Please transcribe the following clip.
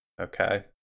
okay